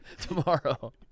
tomorrow